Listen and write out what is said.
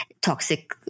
toxic